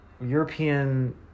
European